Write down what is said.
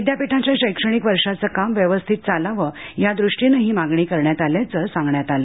विद्यापीठाच्या शैक्षणिक वर्षाचं काम व्यवस्थित चालावं यादृष्टीनं ही मागणी करण्यात आल्याचं सांगण्यात आलं